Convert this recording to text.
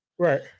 Right